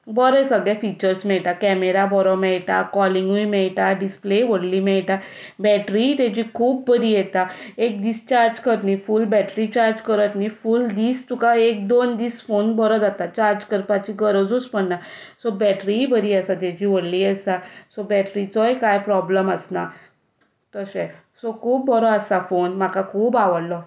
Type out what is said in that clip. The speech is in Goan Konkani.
बरे सगले फिचर्स मेळटा कॅमेरा बरो मेळटा कॉलिंगूय मेळटा डिस्प्लेय व्हडली मेळटा बॅटरीय ताजी खूब बरी येता एक दीस चार्ज करीत न्हय फूल बॅटरी चार्ज करीत न्हय फूल दीस तुका एक दोन दीस फोन बरो जाता चार्ज करपाची गरजूच पडना सो बॅटरीय बरी आसा ताजी व्हडली आसा सो बॅटरीचोय कांय प्रोब्लेम आसना तशें खूब बरो आसा फोन म्हाका खूब आवडलो